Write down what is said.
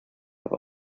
have